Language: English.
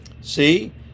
see